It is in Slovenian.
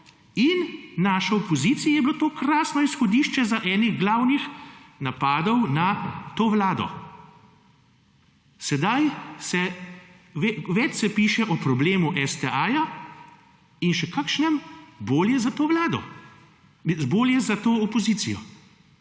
in naši opoziciji je bilo to krasno izhodišče za eno glavnih napadov na to vlado. Sedaj več se piše o problemu STA-ja in še kakšnem bolje je za to opozicijo.